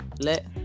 let